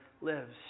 lives